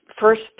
first